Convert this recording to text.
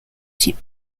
chip